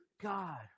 God